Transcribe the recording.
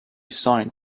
signed